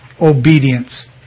obedience